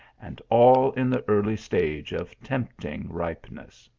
and all in the early stage of tempting ripeness.